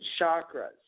Chakras